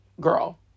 girl